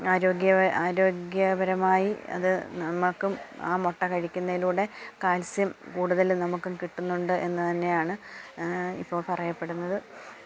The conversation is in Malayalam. ആരോഗ്യ ആരോഗ്യപരമായി അത് നമുക്കും ആ മുട്ട കഴിക്കുന്നതിലൂടെ കാൽസ്യം കൂടുതല് നമുക്കും കിട്ടുന്നുണ്ട് എന്ന് തന്നെയാണ് ഇപ്പോള് പറയപ്പെടുന്നത്